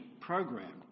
program